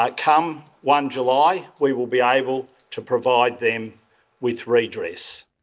but come one july we will be able to provide them with redress.